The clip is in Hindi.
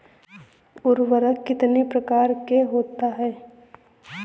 उर्वरक कितनी प्रकार के होता हैं?